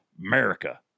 America